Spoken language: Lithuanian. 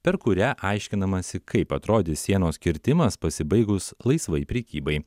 per kurią aiškinamasi kaip atrodys sienos kirtimas pasibaigus laisvai prekybai